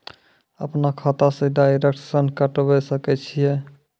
अपन खाता से डायरेक्ट ऋण कटबे सके छियै?